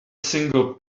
single